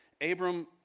Abram